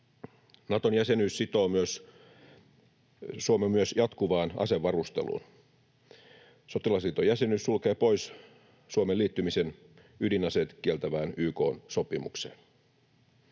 Naton jäsenyys sitoo Suomen myös jatkuvaan asevarusteluun. Sotilasliiton jäsenyys sulkee pois Suomen liittymisen ydinaseet kieltävään YK:n sopimukseen.